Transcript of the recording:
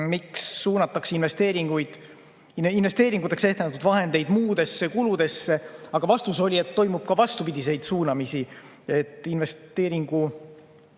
miks suunatakse investeeringuteks ette nähtud vahendeid muudesse kuludesse. Vastus oli, et toimub ka vastupidiseid suunamisi, näiteks